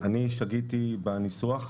שגיתי בניסוח,